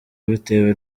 bitewe